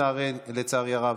לצערי הרב.